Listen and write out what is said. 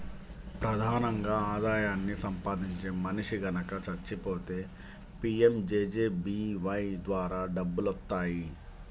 ప్రధానంగా ఆదాయాన్ని సంపాదించే మనిషి గనక చచ్చిపోతే పీయంజేజేబీవై ద్వారా డబ్బులొత్తాయి